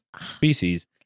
species